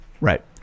Right